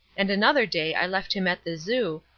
and another day i left him at the zoo,